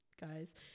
guys